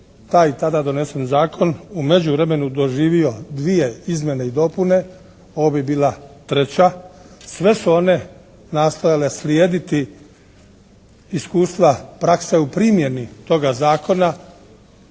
taj tada donesen zakon u međuvremenu doživio dvije izmjene i dopune, ovo bi bila treća. Sve su one nastojale slijediti iskustva prakse u primjeni toga zakona